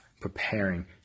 preparing